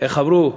איך אמרו חז"ל?